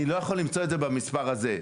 אני לא יכול למצוא את זה במספר הזה.